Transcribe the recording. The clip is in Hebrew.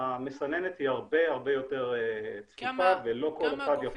המסננת היא הרבה הרבה יותר צפופה ולא כל אחד יכול